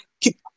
keep